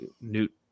Newt